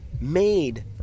made